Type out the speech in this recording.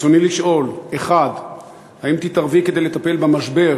רצוני לשאול: 1. האם תתערבי כדי לטפל במשבר